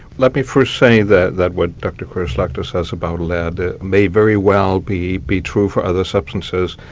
let me first say that that what dr cory-slechta says about lead may very well be be true for other substances.